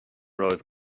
romhaibh